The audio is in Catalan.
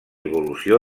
evolució